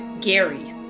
Gary